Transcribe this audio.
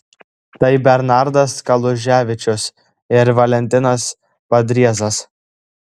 tai bernardas kaluževičius ir valentinas padriezas